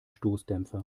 stoßdämpfer